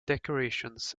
decorations